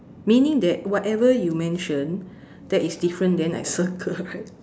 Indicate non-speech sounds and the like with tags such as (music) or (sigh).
meaning that whatever you mention that is different then I circle right (laughs)